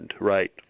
right